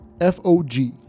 F-O-G